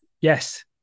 yes